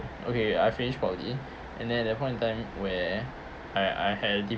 okay I finish poly and then at that point of time where I I had